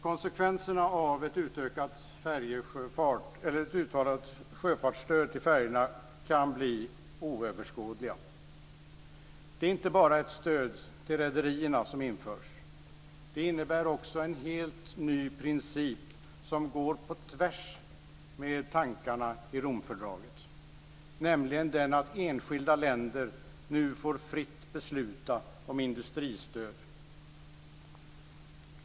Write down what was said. Konsekvenserna av ett utökat sjöfartsstöd till färjorna kan bli oöverskådliga. Det är inte bara ett stöd till rederierna som införs. Detta innebär också en helt ny princip som går på tvärs med tankarna i Romfördraget, nämligen den att enskilda länder nu fritt får besluta om industristöd.